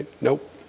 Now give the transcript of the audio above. Nope